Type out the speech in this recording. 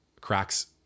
cracks